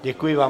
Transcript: Děkuji vám.